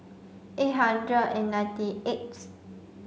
eight hundred and ninety eighth